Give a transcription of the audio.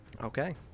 Okay